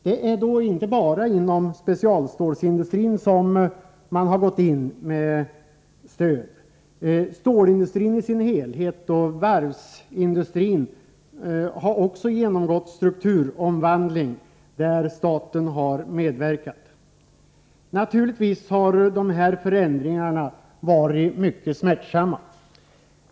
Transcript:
Det är dock inte bara inom specialstålsindustrin som staten har gått in med stöd. Stålindustrin i sin helhet och varvsindustrin har också genomgått strukturomvandling där staten har medverkat. Naturligtvis har dessa förändringar varit mycket smärtsamma.